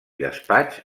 despatx